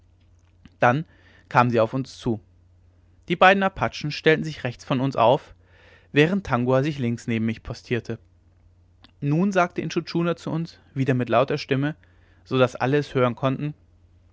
dann kamen sie auf uns zu die beiden apachen stellten sich rechts von uns auf während tangua sich links neben mich postierte nun sagte intschu tschuna zu uns wieder mit lauter stimme so daß es alle hören konnten